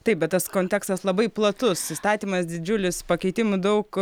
taip bet tas kontekstas labai platus įstatymas didžiulis pakeitimų daug